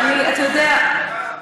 אני אומר,